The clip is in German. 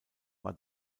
war